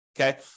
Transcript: okay